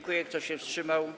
Kto się wstrzymał?